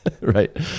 Right